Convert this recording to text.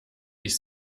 ich